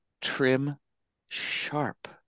trim-sharp